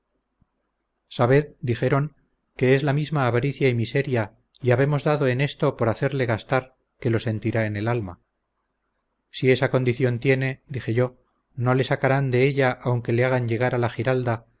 sabed dijeron que es la misma avaricia y miseria y habemos dado en esto por hacerle gastar que lo sentirá en el alma si esa condición tiene dije yo no le sacarán de ella aunque le hagan llegar a la giralda